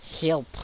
help